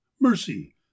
mercy